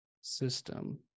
System